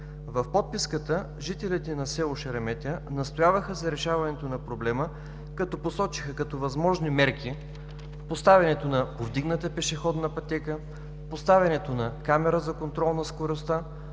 В подписката жителите на село Шереметя настояваха за решаването на проблема като посочиха като възможни мерки поставянето на повдигната пешеходна пътека, поставянето на камера за контрол на скоростта,